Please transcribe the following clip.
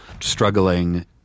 struggling